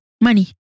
Money